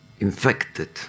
Infected